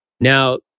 Now